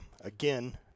again